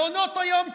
מעונות היום קורסים.